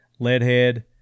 Leadhead